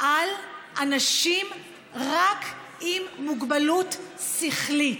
רק על אנשים עם מוגבלות שכלית,